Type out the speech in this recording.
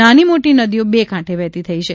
નાની મોટી નદીઓ બે કાંઠે વહેતી થઈ છે